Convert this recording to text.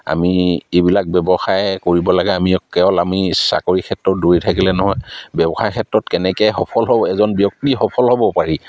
আমি এইবিলাক ব্যৱসায় কৰিব লাগে আমি কেৱল আমি চাকৰি ক্ষেত্ৰত দৌৰি থাকিলে নহয় ব্যৱসায় ক্ষেত্ৰত কেনেকৈ সফল হ'ব এজন ব্যক্তি সফল হ'ব পাৰি